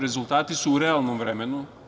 Rezultati su u realnom vremenu.